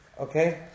Okay